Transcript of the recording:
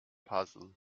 puzzle